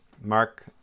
Mark